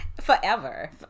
forever